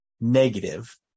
negative